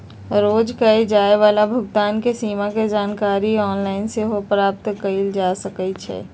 रोज कये जाय वला भुगतान के सीमा के जानकारी ऑनलाइन सेहो प्राप्त कएल जा सकइ छै